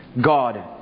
God